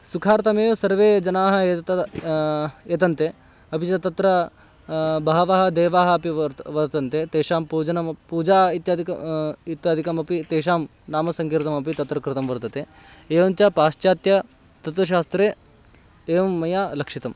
सुखार्थमेव सर्वे जनाः एतत् यतन्ते अपि च तत्र बहवः देवाः अपि वर्तते वर्तन्ते तेषां पूजनमपि पूजा इत्यादिकं इत्यादिकमपि तेषां नामसङ्कीर्तनमपि तत्र कृतं वर्तते एवञ्च पाश्चात्यतत्वशास्त्रे एवं मया लक्षितम्